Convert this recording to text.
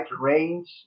range